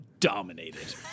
Dominated